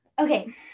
okay